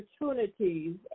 opportunities